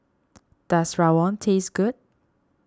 does Rawon taste good